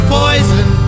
poison